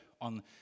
on